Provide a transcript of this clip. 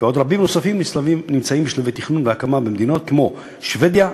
ועוד רבים נוספים נמצאים בשלבי תכנון והקמה במדינות כמו שבדיה,